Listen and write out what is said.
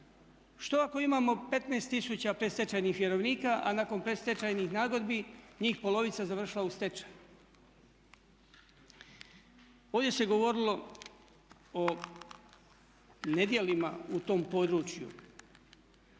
Što ako imamo 15 tisuća predstečajnih vjerovnika, a nakon predstečajnih nagodbi njih polovica je završila u stečaju? Ovdje se govorilo o nedjelima u tom području.